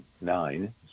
nine